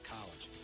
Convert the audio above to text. College